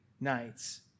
nights